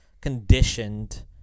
conditioned